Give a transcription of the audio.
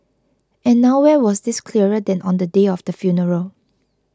and nowhere was this clearer than on the day of the funeral